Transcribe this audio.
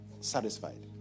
satisfied